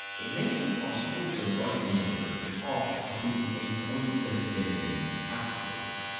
it may seem possible to write neoliberalism off as simply a pointless synonym for capitalism.